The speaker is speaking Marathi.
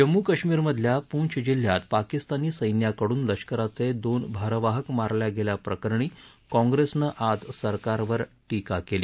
जम्मू काश्मीरमधल्या पूँछ जिल्ह्यात पाकिस्तानी सैन्याकडून लष्कराचे दोन भारवाहक मारल्या गेल्या प्रकरणी काँप्रेसनं आज सरकारवर टीका केली